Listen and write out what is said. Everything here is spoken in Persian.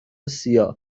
cia